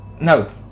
no